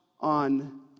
on